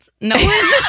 No